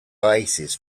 oasis